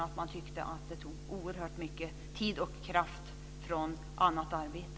Lärarna tyckte att tog oerhört mycket tid och kraft från annat arbete.